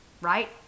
right